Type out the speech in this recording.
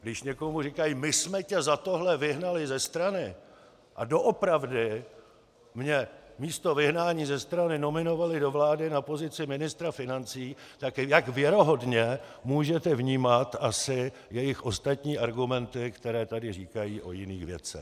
Když někomu říkají my jsme tě za tohle vyhnali ze strany, a doopravdy mě místo vyhnání ze strany nominovali do vlády na pozici ministra financí, tak jak věrohodně můžete vnímat asi jejich ostatní argumenty, které tady říkají o jiných věcech?